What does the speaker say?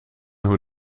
hoe